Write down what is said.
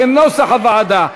כנוסח הוועדה.